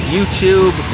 YouTube